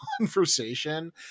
conversation